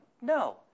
no